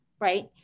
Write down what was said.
right